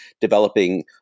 developing